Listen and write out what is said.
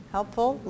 Helpful